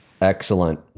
Excellent